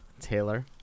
Taylor